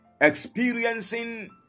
experiencing